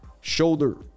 shoulder